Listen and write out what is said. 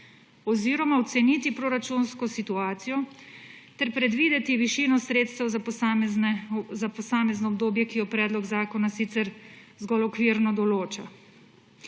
oziroma oceniti proračunsko situacijo ter predvideti višino sredstev za posamezno obdobje, ki jo predlog zakona sicer zgolj okvirno določa.